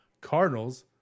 Cardinals